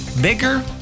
bigger